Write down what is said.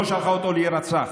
לא שלחה אותו להירצח.